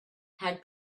had